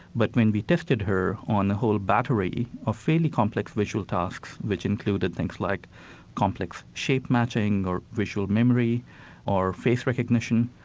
but when we tested her on a whole battery of fairly complex visual tasks which included things like complex shape matching or visual memory or face recognition,